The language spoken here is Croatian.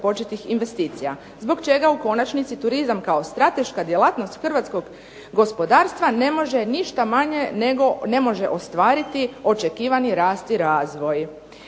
započetih investicija, zbog čega u konačnici turizam kao strateška djelatnost hrvatskog gospodarstva ne može ništa manje, ne može ostvariti očekivani rast i razvoj.